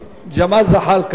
(קוראת בשמות חברי הכנסת)